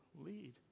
lead